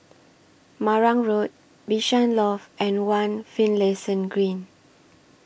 Marang Road Bishan Loft and one Finlayson Green